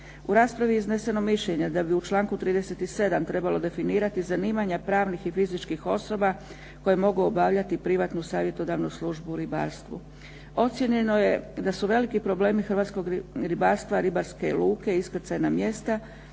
U raspravi je izneseno mišljenje da bi u članku 37. trebalo definirati zanimanja pravnih i fizičkih osoba koje mogu obavljati privatnu savjetodavnu službu u ribarstvu. Ocijenjeno je da su veliki problemi hrvatskog ribarstva ribarske luke i iskrcajna mjesta,